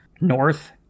north